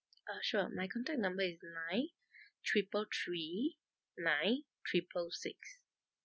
uh sure my contact number is nine triple three nine triple six